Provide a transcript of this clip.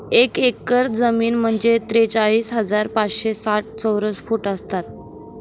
एक एकर जमीन म्हणजे त्रेचाळीस हजार पाचशे साठ चौरस फूट असतात